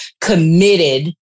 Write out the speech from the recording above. committed